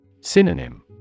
Synonym